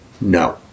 No